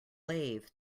lathe